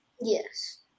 Yes